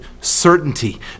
certainty